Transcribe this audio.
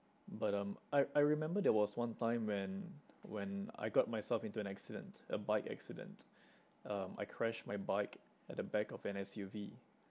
but um I I remember there was one time when when I got myself into an accident a bike accident um I crashed my bike at the back of an S_U_V